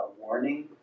warning